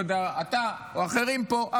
לא יודע אם אתה או אחרים פה,